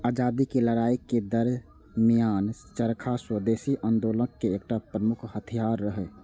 आजादीक लड़ाइ के दरमियान चरखा स्वदेशी आंदोलनक एकटा प्रमुख हथियार रहै